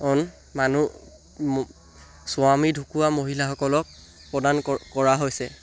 on মানুহ স্বামী ঢুকুৱা মহিলাসকলক প্ৰদান কৰা হৈছে